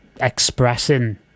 expressing